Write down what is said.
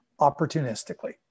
opportunistically